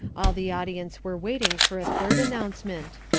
all the audience were waiting for a third announcement.